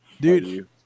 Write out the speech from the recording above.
Dude